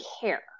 care